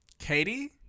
Katie